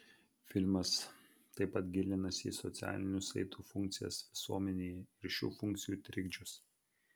filmas taip pat gilinasi į socialinių saitų funkcijas visuomenėje ir šių funkcijų trikdžius